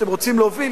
שאתם רוצים להוביל,